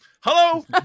Hello